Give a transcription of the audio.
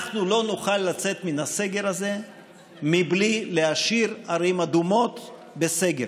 אנחנו לא נוכל לצאת מן הסגר הזה בלי להשאיר ערים אדומות בסגר.